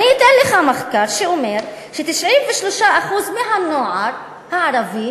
אני אתן לך מחקר שאומר ש-93% מהנוער הערבי